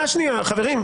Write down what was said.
לספר.